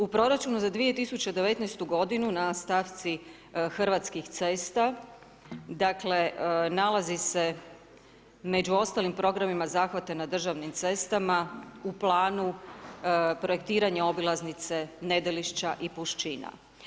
U proračunu za 2019. godinu na stavci Hrvatskih cesta dakle nalazi se među ostalim programima zahvata na državnim cestama u planu projektiranje obilaznice Nedelišća i Pušćina.